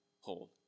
hold